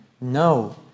no